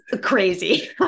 crazy